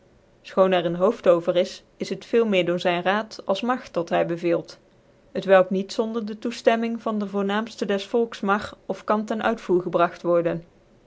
er ccn hooft over is is het veel meer door zyn raad als magt dat hv beveelt welk niet zonder de tocftcmmiii van dc voornaamfte des volks mag of kan ter uitvoer gebnigt worden